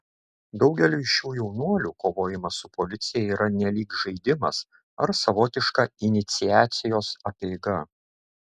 daugeliui šių jaunuolių kovojimas su policija yra nelyg žaidimas ar savotiška iniciacijos apeiga